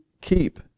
keep